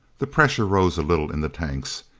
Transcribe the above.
the pressure rose a little in the tanks.